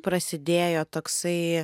prasidėjo toksai